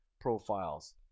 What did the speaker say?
profiles